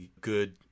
good